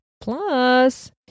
Plus